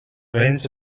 vents